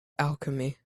alchemy